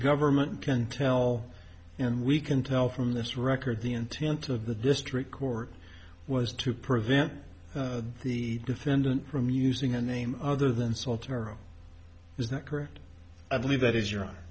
government can tell and we can tell from this record the intent of the district court was to prevent the defendant from using a name other than sole tomorrow is that correct i believe that is your